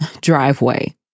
driveway